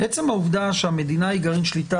עצם העובדה שהמדינה היא גרעין שליטה,